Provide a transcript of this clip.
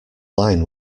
line